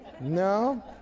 No